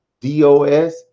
DOS